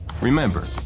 Remember